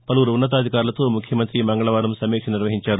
పలువురు ఉన్నతాధికారులతో ముఖ్యమంత్రి మంగళవారం సమీక్ష నిర్వహించారు